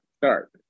start